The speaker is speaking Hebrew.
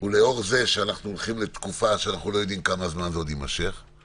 אנחנו יודעים לעשות את זה.